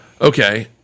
Okay